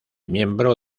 miembro